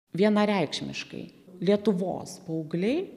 vienareikšmiškai lietuvos paaugliai